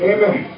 Amen